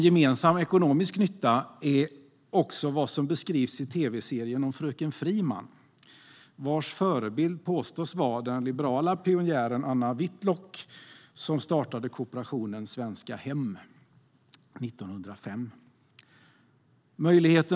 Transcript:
Gemensam ekonomisk nytta är också vad som beskrivs i tv-serien om fröken Friman, vars förebild påstås vara den liberala pionjären Anna Whitlock, som startade kooperationen Svenska Hem 1905.